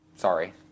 Sorry